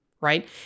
Right